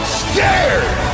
scared